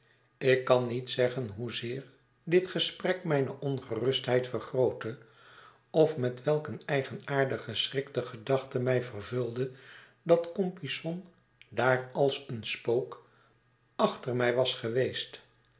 ik kan niet zeggen hoezeer dit gesprek mijne ongerustheid vergrootte of met welk een eigenaardigen schrik de gedachte mij vervulde dat compeyson daar als een spook achter mij was geweest